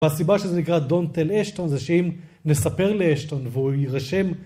והסיבה שזה נקרא דונטל אשטון זה שאם נספר לאשטון והוא יירשם